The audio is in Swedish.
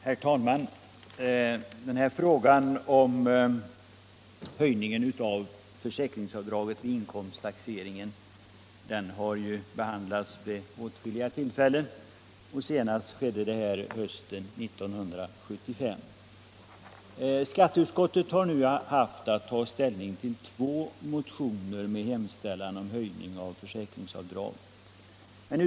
Herr talman! Frågan om höjningen av försäkringsavdraget vid inkomsttaxeringen har ju behandlats vid åtskilliga tillfällen, och senast skedde det hösten 1975. Skatteutskottet har nu haft att ta ställning till två motioner med hemställan om höjning av försäkringsavdraget.